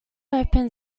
opened